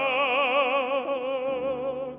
oh oh